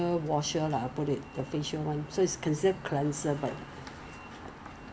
越洗越干然后就你里面干然后他就一直出油你的脸就越变越油